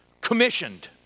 commissioned